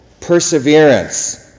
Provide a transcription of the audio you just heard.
perseverance